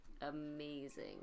Amazing